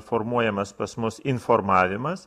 formuojamas pas mus informavimas